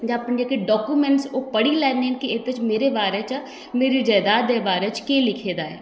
जां अपने जेह्के डाकूमैंट्स ओह् पढ़ी लैने न केह् एह्दे च मेरे बारे च मेरी जैदाद दे बारे च केह् लिखेदा ऐ